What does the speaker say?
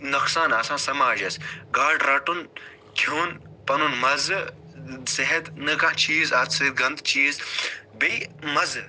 نۄقصان آسان سماجَس گاڈٕ رَٹُن کھیٛون پَنُن مَزٕ صحت نَہ کانٛہہ چیٖز اَتھ سۭتۍ گَنٛدٕ چیٖز بیٚیہِ مَزٕ